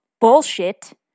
bullshit